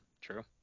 True